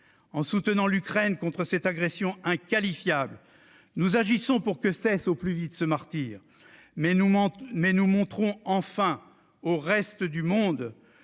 En soutenant l'Ukraine contre cette agression inqualifiable, nous agissons pour que cesse au plus vite ce martyre. Mais nous montrons aussi au reste du monde